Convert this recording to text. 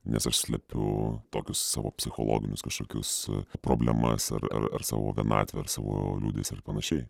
nes aš slepiu tokius savo psichologinius kažkokius problemas ar ar ar savo vienatvę ar savo liūdesį ar panašiai